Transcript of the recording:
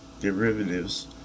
derivatives